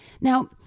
Now